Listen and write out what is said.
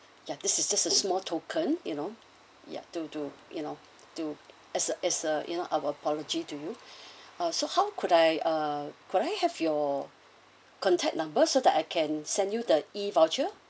ya this is just a small token you know ya to to you know to as a as a you know our apology to you ah so how could I uh could I have your contact number so that I can send you the E voucher